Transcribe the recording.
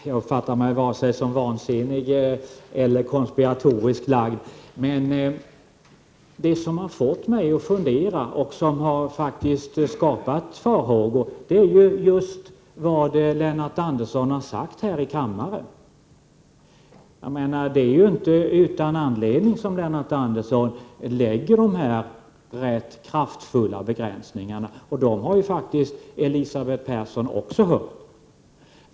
Herr talman! Jag uppfattar mig varken som vansinnig eller konspiratorisk, men det som har fått mig att fundera och som faktiskt har skapat farhågor är just det som Lennart Andersson har sagt här i kammaren. Det är ju inte utan anledning som Lennart Andersson gör de rätt kritiska begränsningarna, som faktiskt också Elisabeth Persson har hört.